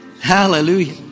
Hallelujah